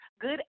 good